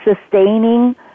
sustaining